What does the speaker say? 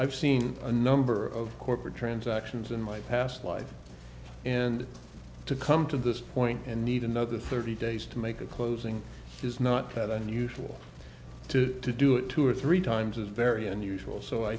i've seen a number of corporate transactions in my past life and to come to this point and need another thirty days to make a closing is not that unusual to do it two or three times is very unusual so i